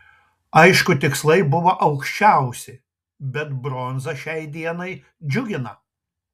aišku tikslai buvo aukščiausi bet bronza šiai dienai džiugina